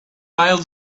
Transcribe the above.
pile